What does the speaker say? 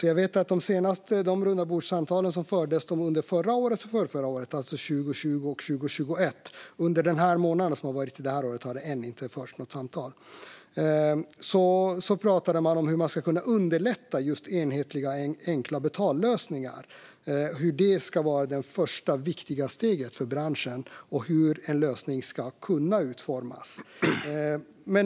Under det här årets första månad har det ännu inte förts något samtal, men jag vet att på de rundabordssamtal som fördes under 2020 och 2021 pratade man om hur man ska kunna underlätta just enhetliga och enkla betallösningar, hur det ska vara det första och viktiga steget för branschen och hur en lösning ska kunna utformas.